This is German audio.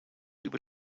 über